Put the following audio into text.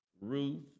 Ruth